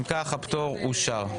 אם כך, הפטור אושר.